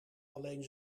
alleen